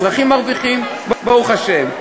אזרחים מרוויחים, ברוך השם.